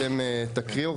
אתם תקריאו,